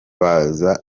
baza